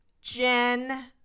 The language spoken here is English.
jen